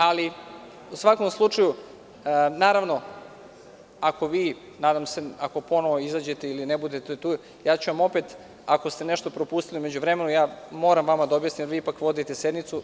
Ali, u svakom slučaju, naravno ako vi, nadam se ako ponovo izađete ili ne budete tu, ja ću vam opet ako ste nešto propustili u međuvremenu moram vama da objasnim, jer vi ipak vodite sednicu.